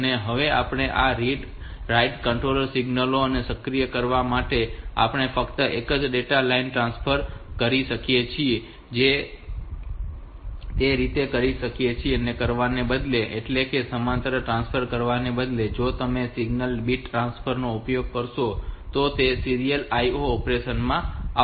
પછી આપણે આ રીડ રાઈટ કંટ્રોલ સિગ્નલો ને સક્રિય કરવા પડશે અને આપણે ફક્ત એક જ ડેટા લાઇન ટ્રાન્સફર કરી શકીએ છીએ જે તે રીતે હોઈ શકે છે કે તે કરવાને બદલે એટલે કે આ સમાંતર ટ્રાન્સફર કરવાને બદલે જો તમે સિંગલ બીટ ટ્રાન્સફર નો ઉપયોગ કરશો તો તે સીરીયલ IO ઓપરેશન માં આવશે